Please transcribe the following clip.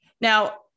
Now